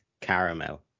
caramel